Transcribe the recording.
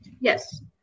Yes